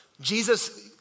Jesus